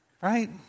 Right